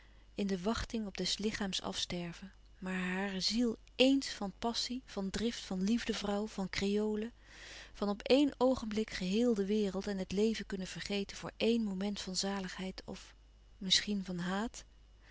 in de wachting op des lichaams afsterven maar hare ziel éens van passie van drift van liefdevrouw van kreole van op éen oogenblik geheel de wereld en het leven kunnen vergeten voor éen moment van zaligheid of misschien van haat